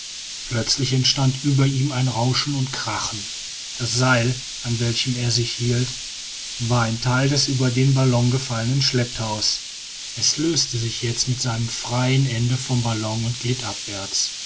plötzlich entstand über ihm ein rauschen und krachen das seil an welchem er sich hielt war ein teil des über den ballon gefallenen schlepptaus es löste sich jetzt mit seinem freien ende vom ballon und glitt abwärts